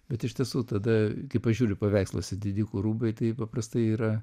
bet iš tiesų tada kai pažiūri paveiksluose didikų rūbai tai paprastai yra